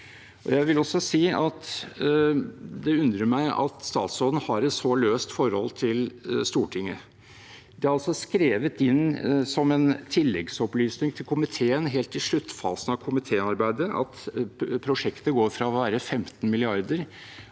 Jeg vil også si at det undrer meg at statsråden har et så løst forhold til Stortinget. Det er altså skrevet inn som en tilleggsopplysning til komiteen, helt i sluttfasen av komitéarbeidet, at prosjektet går fra å ha et